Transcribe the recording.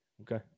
Okay